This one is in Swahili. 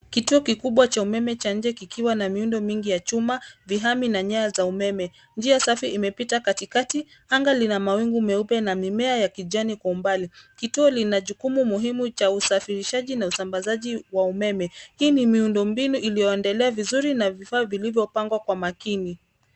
Kituo kikubwa cha umeme cha nje kikiwa na miundo mingi ya chuma, vihami na nyaya za umeme. Njia safi imepita katikati, anga lina mawingu meupe na mimea ya kijani kwa umbali. Kituo kina jukumu muhimu la usafirishaji na usambazaji wa umeme. Hii ni miundo mbinu iliyoendelea vizuri na vifaa vilivyopangwa kwa makini.